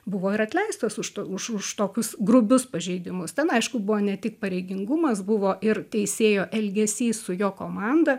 buvo ir atleistos už to už už tokius grubius pažeidimus ten aišku buvo ne tik pareigingumas buvo ir teisėjo elgesys su jo komanda